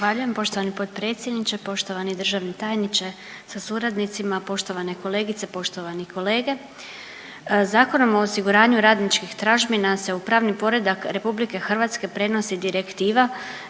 Zahvaljujem. Poštovani potpredsjedniče, poštovani državni tajniče sa suradnicima, poštovane kolegice, poštovani kolege. Zakonom o osiguranju radničkih tražbina se u pravni poredak RH prenosi Direktiva